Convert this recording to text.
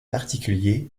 particuliers